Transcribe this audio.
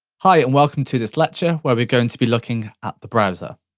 hi, and welcome to this lecture where we're going to be looking at the browser.